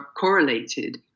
correlated